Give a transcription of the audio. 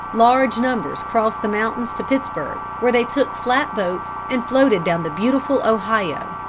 large numbers crossed the mountains to pittsburgh, where they took flat boats and floated down the beautiful ohio,